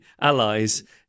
allies